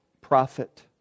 prophet